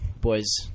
boys